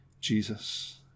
Jesus